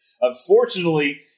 Unfortunately